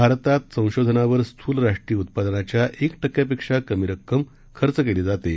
भारतात संशोधनावर स्थूल राष्ट्रीय उत्पादनाच्या एक टक्क्यापेक्षा कमी रक्कम खर्च केली जाते